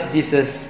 Jesus